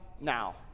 now